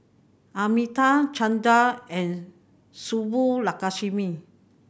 Amitabh Chandra and Subbulakshmi